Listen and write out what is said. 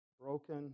broken